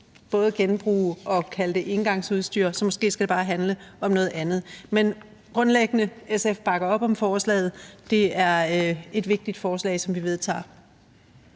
både genbruge det og kalde det engangsudstyr, så måske skal det bare handle om noget andet. Men grundlæggende bakker SF op om forslaget. Det er et vigtigt forslag, som vi støtter.